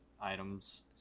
items